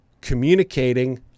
communicating